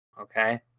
Okay